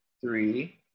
three